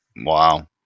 Wow